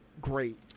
great